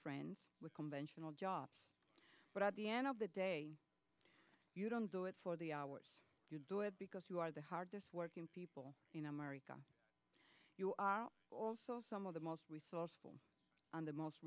friends with conventional jobs but at the end of the day you don't do it for the hours you do it because you are the hardest working people in america you are also some of the most resourceful on the most